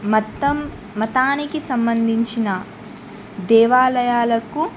మతం మతానికి సంబంధించిన దేవాలయాలకు